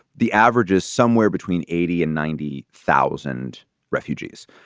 the average is somewhere between eighty and ninety thousand refugees.